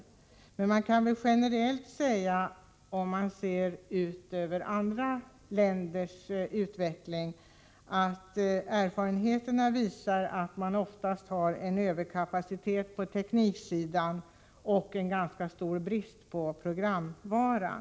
Om man studerar andra länders utveckling kan man generellt säga att erfarenheterna visar att länderna oftast har en överkapacitet på tekniksidan och en ganska stor brist på programvara.